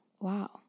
Wow